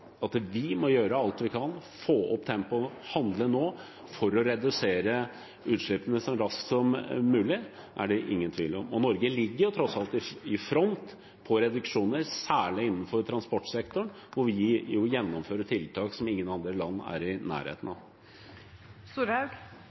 at vi må gjøre alt vi kan, få opp tempoet og handle nå for å redusere utslippene så raskt som mulig, er det ingen tvil om. Norge ligger tross alt i front når det gjelder reduksjoner, særlig innenfor transportsektoren, hvor vi gjennomfører tiltak som ingen andre land er i nærheten av.